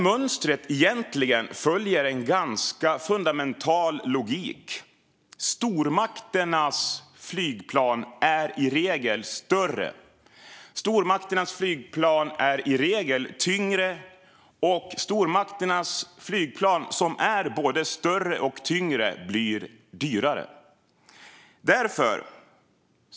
Mönstret följer en ganska fundamental logik. Stormakternas flygplan är i regel större och tyngre, och stormakternas flygplan som är både större och tyngre blir dyrare.